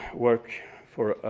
work for a